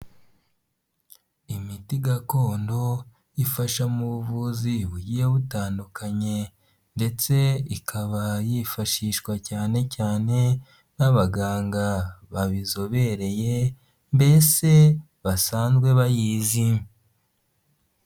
Imiti gakondo ifasha mu buvuzi bugiye butandukanye ndetse ikaba yifashishwa cyane cyane n'abaganga babizobereye, mbese basanzwe bayizi.